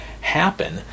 happen